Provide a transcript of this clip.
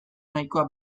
nahikoa